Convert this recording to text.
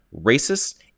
racists